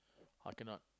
ah cannot